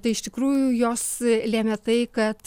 tai iš tikrųjų jos lėmė tai kad